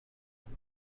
what